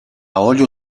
olio